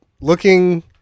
looking